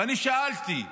ואני שאלתי: